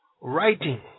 writing